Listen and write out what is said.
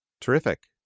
Terrific